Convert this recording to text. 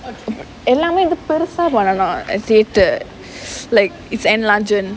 எல்லாமே இங்க பெருசா பண்ணனும்:ellaamae inga perusaa pannanum theatre like it's enlargen